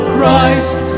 Christ